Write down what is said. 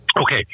Okay